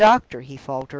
the doctor, he faltered.